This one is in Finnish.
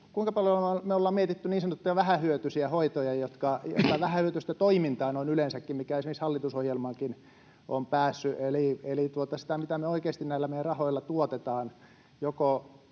kuinka paljon me ollaan mietitty niin sanottuja vähähyötyisiä hoitoja, vähähyötyistä toimintaa noin yleensäkin, mikä esimerkiksi hallitusohjelmaankin on päässyt, eli sitä, mitä me oikeasti näillä meidän rahoilla tuotetaan joko